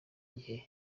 gihe